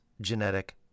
genetic